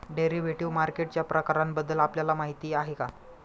Derivative मार्केटच्या प्रकारांबद्दल आपल्याला माहिती आहे का?